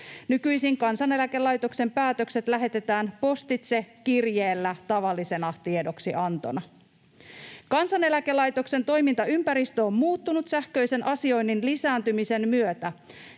Nykyisin Kansaneläkelaitoksen päätökset lähetetään postitse kirjeellä tavallisena tiedoksiantona. Kansaneläkelaitoksen toimintaympäristö on muuttunut sähköisen asioinnin lisääntymisen myötä.